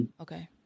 Okay